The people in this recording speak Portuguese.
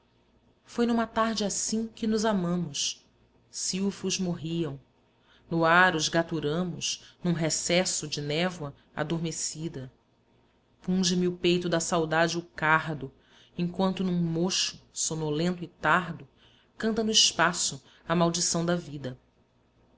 foi numa tarde assim que nos amamos silfos morriam no ar os gaturamos num recesso de névoa adormecida punge me o peito da saudade o cardo enquanto num mocho sonolento e tardo canta no espaço a maldição da vida